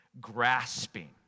grasping